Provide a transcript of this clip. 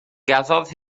gafodd